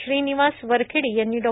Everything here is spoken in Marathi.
श्रीनिवास वरखेडी यांनी डॉ